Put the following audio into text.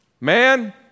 Man